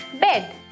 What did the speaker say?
bed